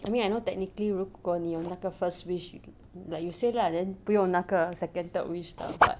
I mean I know technically 如果你有这个 first wish you like you said lah then 不用那个 second third wish 的 but